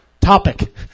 topic